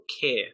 care